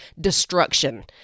destruction